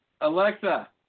Alexa